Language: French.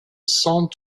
sant